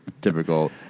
Typical